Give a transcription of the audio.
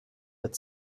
but